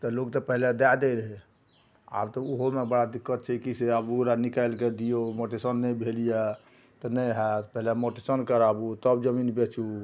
तऽ लोक तऽ पहिले दै दै रहै आब तऽ ओहोमे बड़ा दिक्कत छै कि से आब ओकरा निकालिके दिऔ मुटेशन नहि भेल यऽ तऽ नहि हैत पहिले मुटेशन कराबू तब जमीन बेचू